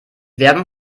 werbung